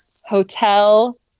hotel